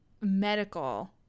medical